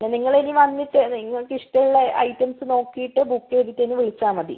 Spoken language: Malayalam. എന്നാൽ നിങ്ങളിനി വന്നിട്ട് നിങ്ങൾക്ക് ഇഷ്ടമുള്ള ഐറ്റംസ് നോക്കിയിട്ട് ബുക്ക് ചെയ്തിട്ട് എന്നെ വിളിച്ചാൽ മതി